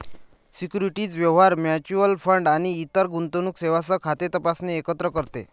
securities व्यवहार, mutual fund आणि इतर गुंतवणूक सेवांसह खाते तपासणे एकत्र करते